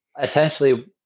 essentially